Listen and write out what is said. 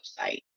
website